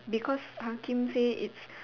because Hakim say it's